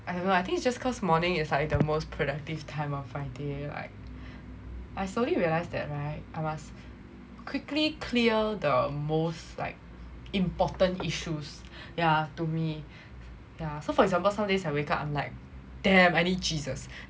I don't know I think is just cause morning is the most productive time on friday right I slowly realise that right I must quickly clear the most like important issues yeah to me yeah so for example some days I wake up and I'm like damn I need jesus